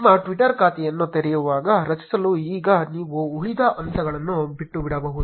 ನಿಮ್ಮ ಟ್ವಿಟರ್ ಖಾತೆಯನ್ನು ತ್ವರಿತವಾಗಿ ರಚಿಸಲು ಈಗ ನೀವು ಉಳಿದ ಹಂತಗಳನ್ನು ಬಿಟ್ಟುಬಿಡಬಹುದು